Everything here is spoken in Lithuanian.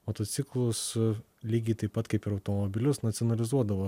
motociklu su lygiai taip pat kaip ir automobilius nacionalizuodavo